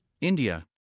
India